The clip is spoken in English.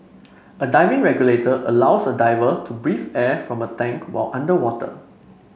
a diving regulator allows a diver to breathe air from a tank while underwater